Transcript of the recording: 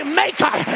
maker